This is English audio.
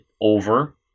over